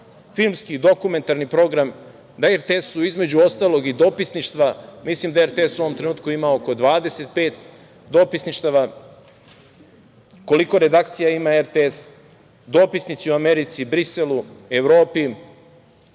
filmski, dokumentarni program. Na RTS-u su, između ostalog, i dopisništva. Mislim da RTS u ovom trenutku ima oko 25 dopisništava. Koliko redakcija ima RTS? Dopisnici u Americi, Briselu, Evropi.